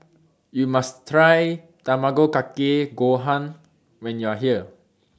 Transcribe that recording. YOU must Try Tamago Kake Gohan when YOU Are here